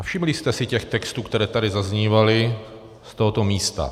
A všimli jste si těch textů, které tady zaznívaly z tohoto místa?